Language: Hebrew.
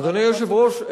אדוני היושב-ראש,